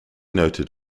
noted